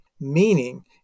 Meaning